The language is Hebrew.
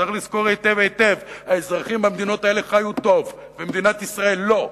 צריך לזכור היטב היטב שהאזרחים במדינות האלה חיו טוב ובמדינת ישראל לא,